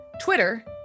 Twitter